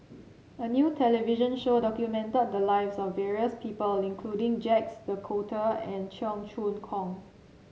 a new television show documented the lives of various people including Jacques De Coutre and Cheong Choong Kong